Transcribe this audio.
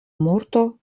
morto